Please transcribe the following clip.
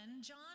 John